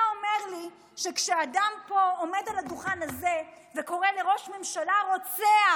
אתה אומר לי שכשאדם פה עומד על הדוכן הזה וקורא לראש ממשלה "רוצח",